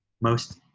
most,